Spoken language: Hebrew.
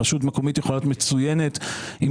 רשות מקומית יכולה להיות מצוינת אבל אם